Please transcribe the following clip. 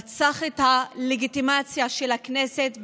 רצח את הלגיטימציה של הכנסת,